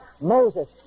Moses